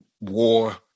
war